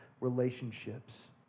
relationships